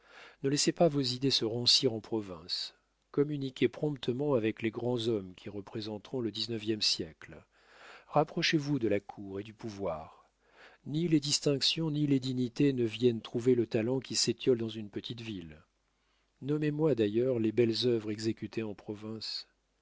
ne laissez pas vos idées se rancir en province communiquez promptement avec les grands hommes qui représenteront le dix-neuvième siècle rapprochez vous de la cour et du pouvoir ni les distinctions ni les dignités ne viennent trouver le talent qui s'étiole dans une petite ville nommez moi d'ailleurs les belles œuvres exécutées en province